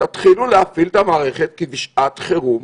תתחילו להפעיל את המערכת כבשעת חירום,